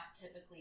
typically